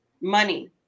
Money